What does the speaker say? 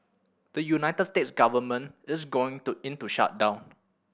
the United States government is going to into shutdown